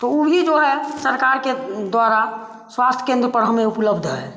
तो ऊ भी जो है सरकार के द्वारा स्वास्थ्य केंद्र पर हमें उपलब्ध है